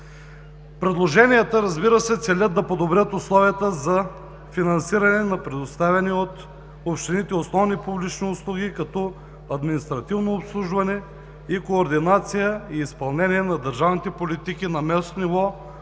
Предложенията, разбира се, целят да подобрят условията за финансиране на предоставени на общините основни публични услуги като административно обслужване, координация и изпълнение на държавните политики на местно